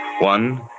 One